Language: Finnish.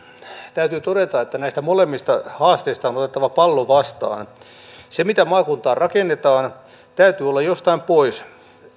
täytyy todeta että näistä molemmista haasteista on on otettava pallo vastaan sen mitä maakuntaan rakennetaan täytyy olla jostain pois